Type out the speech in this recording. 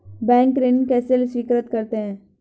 Bank ऋण कैसे स्वीकृत करते हैं?